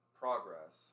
progress